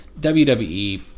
WWE